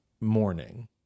morning